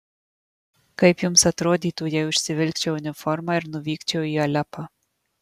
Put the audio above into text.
kaip jums atrodytų jei užsivilkčiau uniformą ir nuvykčiau į alepą